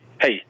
Hey